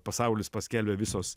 pasaulis paskelbė visos